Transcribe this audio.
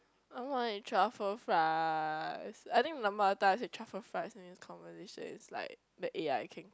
I want eat truffle fries I think the number I said truffle fries in this conversation is like the a_i can